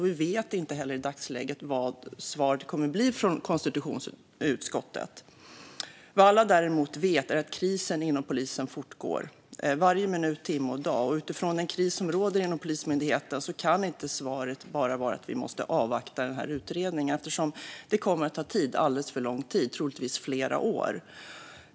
Vi vet inte heller i dagsläget vad svaret kommer att bli från konstitutionsutskottet. Vad alla däremot vet är att krisen inom polisen fortgår varje minut, timme och dag. Utifrån den kris som råder inom Polismyndigheten kan inte svaret bara vara att vi måste avvakta utredningen eftersom den kommer att ta alldeles för lång tid, troligtvis flera år.